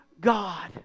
God